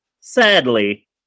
sadly